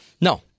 no